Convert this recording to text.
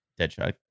deadshot